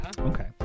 Okay